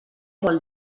vol